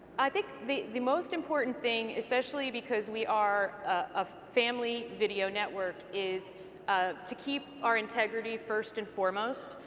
i think the the most important thing, especially because we are a family video network, is ah to keep our integrity first and foremost,